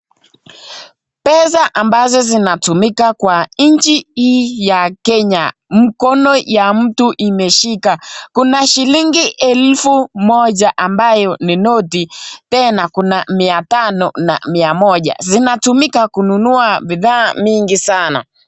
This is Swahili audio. Pesa ambazo zinatumika kwa nchi hii ya Kenya. Mkono ya mtu imeshika. Kuna shilingi elfu moja ambayo ni noti, tena kuna mia tano na mia moja. Zinatumika kununua bidhaa mingi sana.